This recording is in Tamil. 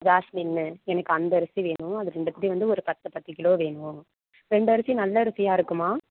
ஜாஸ்மின்னு எனக்கு அந்த அரிசி வேணும் அது ரெண்டுகுட்டே வந்து ஒரு பத்து பத்து கிலோ வேணும் ரெண்டு அரிசி நல்ல அரிசியாக இருக்குமா